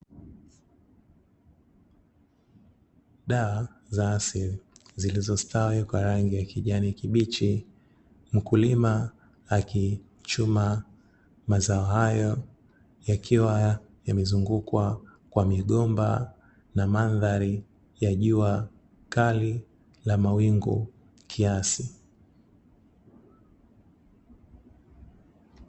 Dawa za asili zilizostawi kwa rangi ya kijani kibichi. Mkulima akichuma mazao hayo yakiwa yamezungukwa kwa migomba na mandhari ya jua kali na mawingu kiasi.